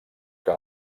que